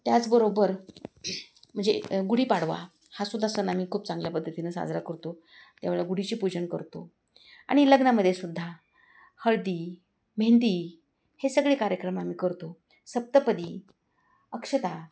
त्याचबरोबर म्हणजे गुढीपाडवा हासुद्धा सण आम्ही खूप चांगल्या पद्धतीनं साजरा करतो त्यावेळ गुढीची पूजन करतो आणि लग्नामध्येसुद्धा हळदी मेहेंदी हे सगळे कार्यक्रम आम्ही करतो सप्तपदी अक्षता